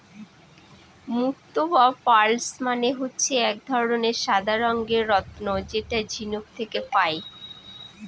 মুক্ত বা পার্লস মানে হচ্ছে এক ধরনের সাদা রঙের রত্ন যেটা ঝিনুক থেকে পায়